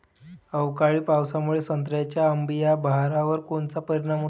अवकाळी पावसामुळे संत्र्याच्या अंबीया बहारावर कोनचा परिणाम होतो?